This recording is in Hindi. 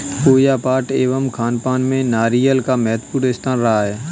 पूजा पाठ एवं खानपान में नारियल का महत्वपूर्ण स्थान रहा है